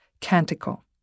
canticle